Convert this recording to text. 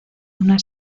una